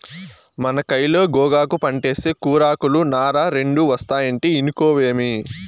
మన కయిలో గోగాకు పంటేస్తే కూరాకులు, నార రెండూ ఒస్తాయంటే ఇనుకోవేమి